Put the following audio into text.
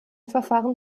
verfahren